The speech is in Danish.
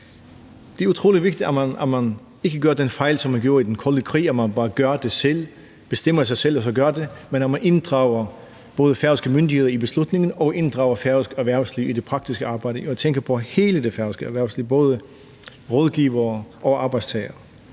Det er utrolig vigtigt, at man ikke laver den fejl, som man gjorde under den kolde krig, nemlig at man bare gør det selv, bestemmer det selv og så gør det, men at man inddrager både færøske myndigheder i beslutningen og inddrager færøsk erhvervsliv i det praktiske arbejde, og her tænker jeg på hele det færøske erhvervsliv, både rådgivere og arbejdstagere.